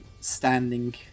standing